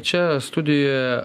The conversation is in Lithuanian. čia studijoje